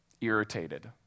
irritated